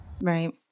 Right